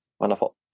Wonderful